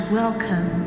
welcome